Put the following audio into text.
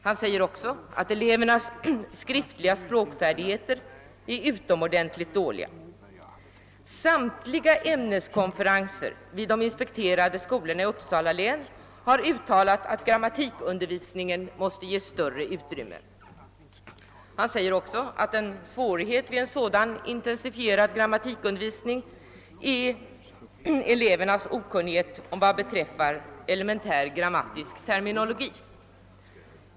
Han säger också att elevernas skriftliga språkfärdigheter är utomordentligt dåliga. Samtliga ämneskonferenser vid de inspekterade skolorna i Uppsala län har uttalat att grammatikundervisningen måste ges större utrymme. Han säger också att en svårighet vid en sådan intensifierad grammatikundervisning är elevernas okunnighet i elementär grammatisk terminologi.